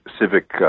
civic